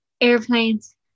airplanes